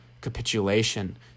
capitulation